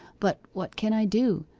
but what can i do?